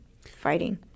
fighting